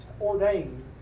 ordained